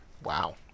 Wow